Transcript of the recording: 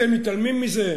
אתם מתעלמים מזה.